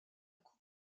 coupe